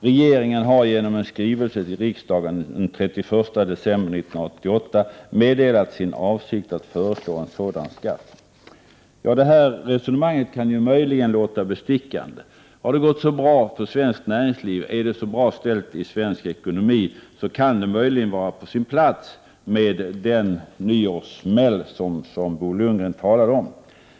Regeringen har genom en skrivelse till riksdagen den 31 december 1988 meddelat sin avsikt att föreslå en sådan skatt.” Detta resonemang kan möjligen låta bestickande. Har det gått så bra för svenskt näringsliv, och är det så bra ställt i svensk ekonomi, kan det möjligen vara på sin plats med den nyårssmäll som Bo Lundgren talade om.